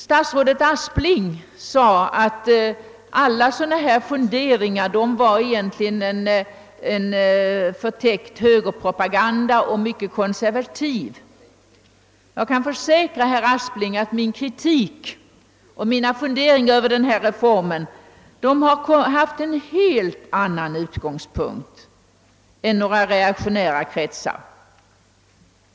Statsrådet Aspling sade att sådana funderingar som jag framfört i motionen egentligen innebär en förtäckt högerpropoganda och hade en mycket konservativ prägel. Jag kan försäkra herr Aspling att min kritik mot och mina funderingar över denna reform har en helt annan utgångspunkt än vissa reaktionära kretsar.